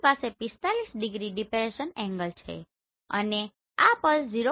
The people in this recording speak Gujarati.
આપણી પાસે 45 ડિગ્રી ડિપ્રેસન એંગલ છે અને આ પલ્સ 0